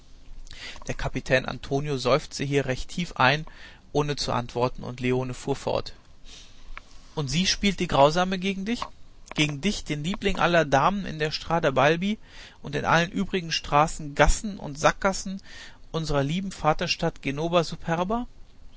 der kapitän antonio seufzte hier recht tief ohne zu antworten und leone fuhr fort und sie spielt die grausame gegen dich gegen dich den liebling aller damen in der strada balbi und in allen übrigen straßen gassen und sackgassen unserer lieben vaterstadt